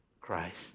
Christ